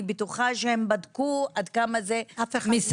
אני בטוחה שהם בדקו עד כמה זה מסכן,